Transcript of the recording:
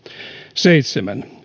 seitsemän